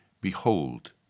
Behold